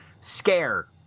scare